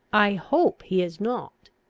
i hope he is not.